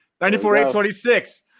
94,826